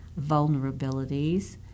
vulnerabilities